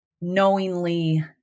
knowingly